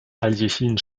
aljechin